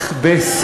נשנה.